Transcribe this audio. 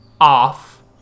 off